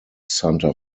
santa